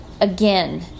again